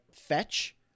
fetch